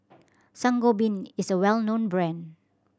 Sangobion is a well known brand